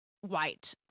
white